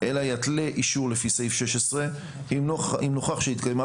אלא יתלה אישור לפי סעיף 16 אם נוכח שהתקיימה